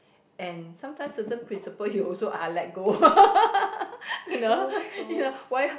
and sometimes certain principle you also ah let go you know you know why